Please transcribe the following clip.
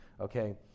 Okay